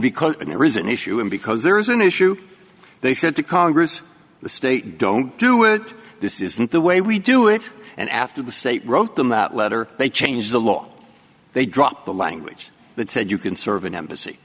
because there is an issue and because there is an issue they said to congress the state don't do it this isn't the way we do it and after the state wrote them that letter they changed the law they dropped the language that said you can serve an embassy